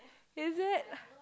it is